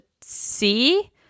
see